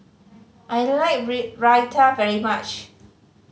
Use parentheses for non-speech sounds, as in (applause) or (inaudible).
I like (unintelligible) Raita very much